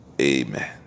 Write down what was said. amen